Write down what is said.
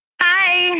Hi